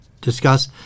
discuss